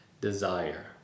desire